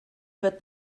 wird